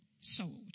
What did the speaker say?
Sold